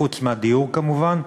חוץ מהדיור כמובן,